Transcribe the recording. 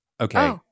Okay